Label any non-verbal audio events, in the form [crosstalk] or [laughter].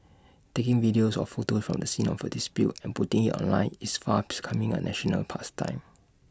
taking videos or photos from the scene of A dispute and putting IT online is far [unintelligible] coming A national pastime